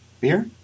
beer